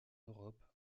europe